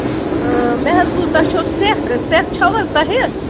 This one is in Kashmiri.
مےٚ حظ بوٗز تۄہہِ چھَو سٮ۪کھ سٮ۪کھ چھَوٕ حظ تۄہہِ